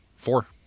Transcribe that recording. Four